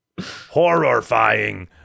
horrifying